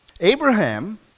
Abraham